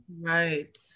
right